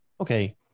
okay